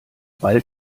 ball